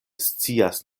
scias